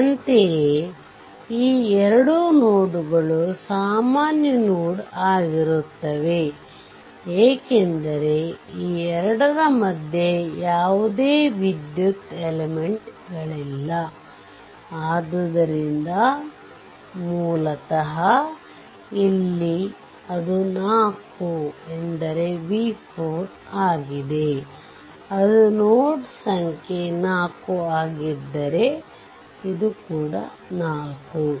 ಅಂತೆಯೇ ಈ 2 ನೋಡ್ಗಳು ಸಾಮಾನ್ಯ ನೋಡ್ ಆಗಿರುತ್ತವೆ ಏಕೆಂದರೆ ಈ 2 ರ ಮದ್ಯೆ ಯಾವುದೇ ವಿದ್ಯುತ್ ಎಲಿಮೆಂಟ್ಗಳಿಲ್ಲ ಆದ್ದರಿಂದ ಮೂಲತಃ ಇಲ್ಲಿ ಅದು 4 ಎಂದರೆ ಇಲ್ಲಿ v4 ಆಗಿದೆ ಅದು ನೋಡ್ ಸಂಖ್ಯೆ 4 ಆಗಿದ್ದರೆ ಇದು ಕೂಡ 4